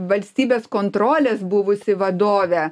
valstybės kontrolės buvusi vadove